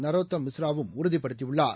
நரோத்தம் மிஸ்ராவும் உறுதிப்படுத்தியுள்ளார்